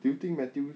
do you think matthew